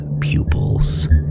pupils